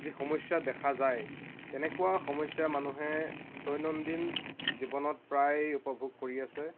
যি সমস্য়া দেখা যায় তেনেকুৱা সমস্যা মানুহে দৈনন্দিন জীৱনত প্ৰায় উপভোগ কৰি আছে